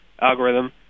algorithm